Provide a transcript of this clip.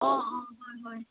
অঁ অঁ হয় হয়